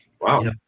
Wow